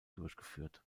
durchgeführt